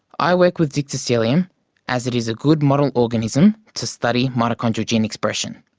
i work with dictyostelium as it is a good model organism to study mitochondrial gene expression.